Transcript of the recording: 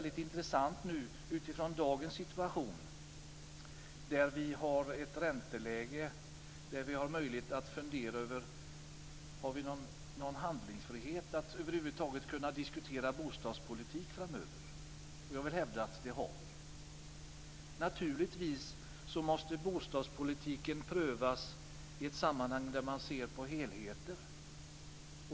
I dagens situation har vi ett ränteläge som ger oss möjlighet att fundera över om vi har någon handlingsfrihet när det gäller att diskutera bostadspolitik framöver. Jag vill hävda att vi har det. Naturligtvis måste bostadspolitiken prövas i ett sammanhang där man ser på helheter.